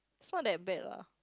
it's not that bad lah